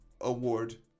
award